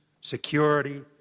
security